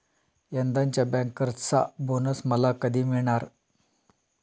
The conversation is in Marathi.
यंदाच्या बँकर्सचा बोनस मला कधी मिळणार?